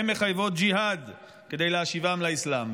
הן מחייבות ג'יהאד כדי להשיבן לאסלאם.